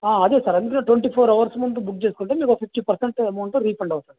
అదే సార్ అందుకే twenty four hours ముందు బుక్ చేసుకుంటే మీకు ఒక ఫిఫ్టీ పర్సెంట్ అమౌంట్ రీఫండ్ అవుతుంది